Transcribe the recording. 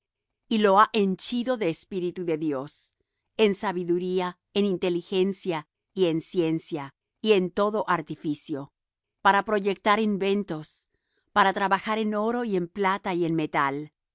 y lo ha henchido de espíritu de dios en sabiduría en inteligencia y en ciencia y en todo artificio para proyectar inventos para trabajar en oro y en plata y en metal